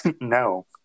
no